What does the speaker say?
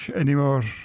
anymore